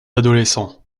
adolescents